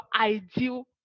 ideal